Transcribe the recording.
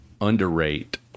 underrate